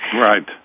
Right